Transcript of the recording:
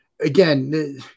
Again